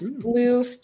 blue